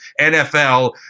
NFL